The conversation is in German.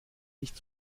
nicht